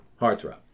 Heartthrob